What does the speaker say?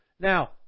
now